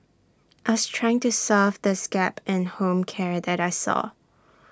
I's trying to solve this gap in home care that I saw